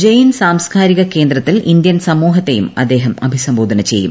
ജയിൻ സാംസ്കാരിക കേന്ദ്രത്തിൽഇന്ത്യൻ സമൂഹത്തേയും അദ്ദേഹം അഭിസംബോധന ചെയ്യും